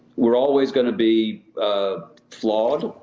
we're always going to be flawed.